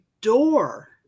door